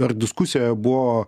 ar diskusija buvo